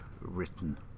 written